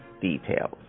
details